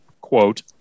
Quote